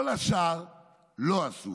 את כל השאר לא עשו.